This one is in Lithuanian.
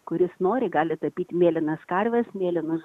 kur jis nori gali tapyt mėlynas karves mėlynus